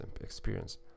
experience